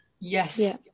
yes